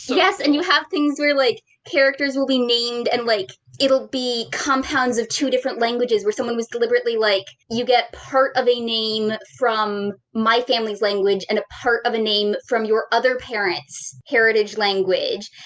and you have things where, like, characters will be named and, like, it'll be compounds of two different languages where someone was deliberately like, you get part of a name from my family's language and a part of a name from your other parent's heritage language,